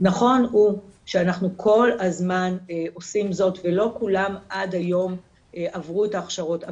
נכון הוא שאנחנו כל הזמן עושים זאת ולא כולם עד היום עברו את ההכשרות,